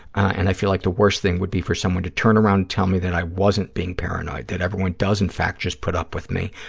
and i feel like the worst thing would be for someone to turn around and tell me that i wasn't being paranoid, that everyone does, in fact, just put up with me,